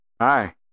hi